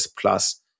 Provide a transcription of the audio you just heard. plus